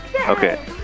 Okay